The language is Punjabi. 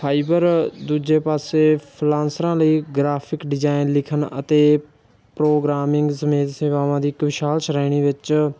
ਫਾਈਬਰ ਦੂਜੇ ਪਾਸੇ ਫਰੀਲਾਂਸਰਾਂ ਲਈ ਗਰਾਫਿਕ ਡਿਜ਼ਾਇਨ ਲਿਖਣ ਅਤੇ ਪ੍ਰੋਗਰਾਮਿੰਗ ਸਮੇਤ ਸੇਵਾਵਾਂ ਦੀ ਇੱਕ ਵਿਸ਼ਾਲ ਸ਼੍ਰੇਣੀ ਵਿੱਚ